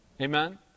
Amen